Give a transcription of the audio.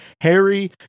Harry